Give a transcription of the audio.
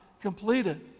completed